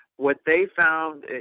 what they found,